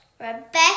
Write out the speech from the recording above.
rebecca